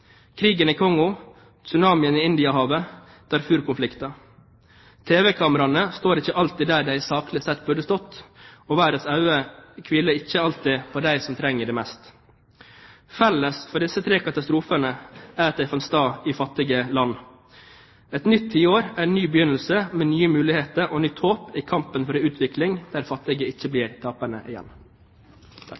krigen i Kongo, tsunamien i Indiahavet, Darfur-konflikten. Tv-kameraene står ikke alltid der de saklig sett burde stått, og verdens øyne hviler ikke alltid på dem som trenger det mest. Felles for disse tre katastrofene er at de fant sted i fattige land. Et nytt tiår er en ny begynnelse med nye muligheter og nytt håp i kampen for en utvikling der de fattige ikke blir taperne igjen.